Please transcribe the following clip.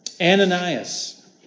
Ananias